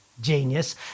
genius